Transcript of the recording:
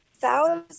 thousands